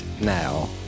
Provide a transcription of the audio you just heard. now